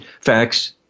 facts